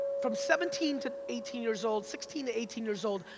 from seventeen to eighteen years old, sixteen to eighteen years old,